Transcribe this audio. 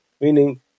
Meaning